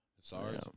Sorry